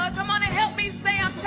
um come on and help your